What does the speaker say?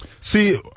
See